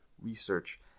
research